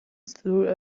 through